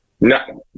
no